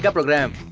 ah program